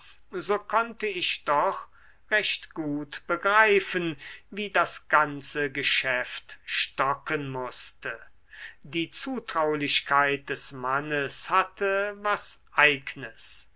so konnte ich doch recht gut begreifen wie das ganze geschäft stocken mußte die zutraulichkeit des mannes hatte was eignes